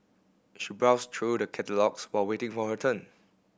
she browsed through the catalogues while waiting for her turn